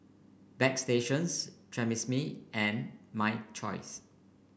Bagstationz Tresemme and My Choice